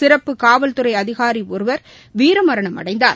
சிறப்பு காவல்துறை அதிகாரி ஒருவர் வீரமரணம் அடைந்தார்